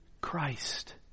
Christ